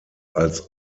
als